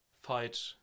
fight